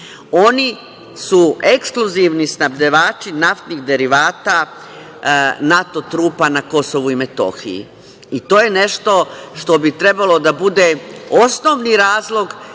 Oni su ekskluzivni snabdevači naftnih derivata NATO trupa na KiM i to je nešto što bi trebalo da bude osnovni razlog